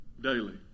daily